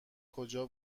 کجا